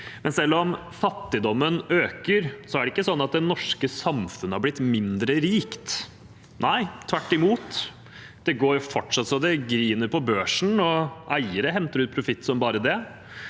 Men selv om fattigdommen øker, er det ikke sånn at det norske samfunnet har blitt mindre rikt. Nei, tvert imot, det går fortsatt så det griner på børsen, og eiere henter ut profitt som bare det.